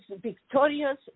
victorious